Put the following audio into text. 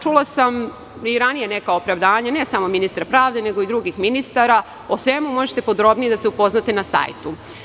Čula sam i ranije neka opravdanja, ne samo od ministra pravde nego i drugih ministara – o svemu možete podrobnije da se upoznate na sajtu.